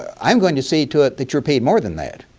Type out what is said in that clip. i'm going to see to it that you're paid more than that.